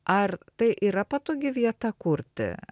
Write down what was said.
ar tai yra patogi vieta kurti